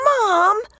Mom